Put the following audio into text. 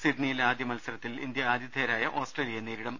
സിഡ്നിയിലെ ആദ്യ മത്സരത്തിൽ ഇന്ത്യ ആതിഥേയരായ ഓസ്ട്രേലിയയെ നേരിടും